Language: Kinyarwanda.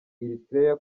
eritrea